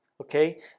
okay